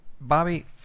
Bobby